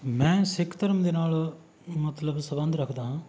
ਮੈਂ ਸਿੱਖ ਧਰਮ ਦੇ ਨਾਲ ਮਤਲਬ ਸਬੰਧ ਰੱਖਦਾ ਹਾਂ